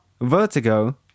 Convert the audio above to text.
Vertigo